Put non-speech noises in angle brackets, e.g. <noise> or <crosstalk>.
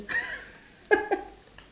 <laughs>